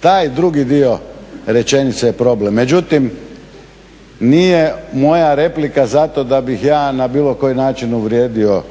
Taj drugi dio rečenice je problem. Međutim, nije moja replika zato da bih ja na bilo koji način uvrijedio